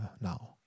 now